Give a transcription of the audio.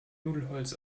nudelholz